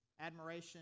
admiration